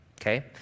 Okay